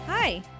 Hi